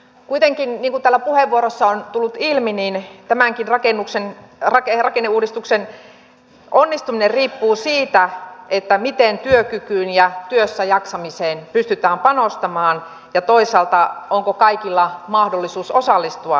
kuitenkin niin kuin täällä puheenvuoroissa on tullut ilmi tämänkin rakenneuudistuksen onnistuminen riippuu siitä miten työkykyyn ja työssäjaksamiseen pystytään panostamaan ja toisaalta onko kaikilla mahdollisuus osallistua työelämään